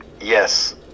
Yes